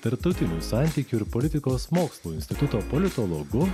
tarptautinių santykių ir politikos mokslų instituto politologu